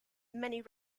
many